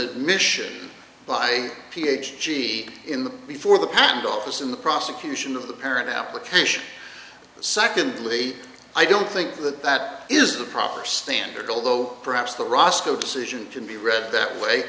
the mission by ph d in the before the patent office in the prosecution of the current application secondly i don't think that that is the proper standard although perhaps the rosco decision can be read that way